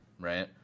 right